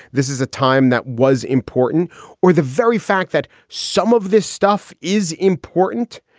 this is a time that was important or the very fact that some of this stuff is important.